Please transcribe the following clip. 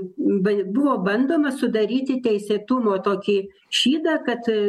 ba buvo bandoma sudaryti teisėtumo tokį šydą kad